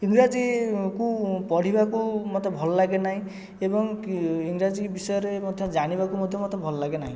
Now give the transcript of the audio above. ଇଂରାଜୀକୁ ପଢ଼ିବାକୁ ମୋତେ ଭଲ ଲାଗେ ନାହିଁ ଏବଂ କି ଇଂରାଜୀ ବିଷୟରେ ମଧ୍ୟ ଜାଣିବାକୁ ମଧ୍ୟ ମୋତେ ଭଲ ଲାଗେ ନାହିଁ